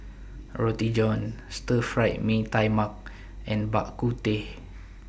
Roti John Stir Fry Mee Tai Mak and Bak Kut Teh